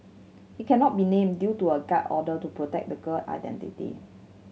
he cannot be named due to a gag order to protect the girl identity